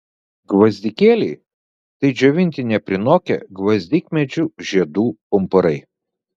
gvazdikėliai tai džiovinti neprinokę gvazdikmedžių žiedų pumpurai